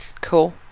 Cool